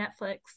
Netflix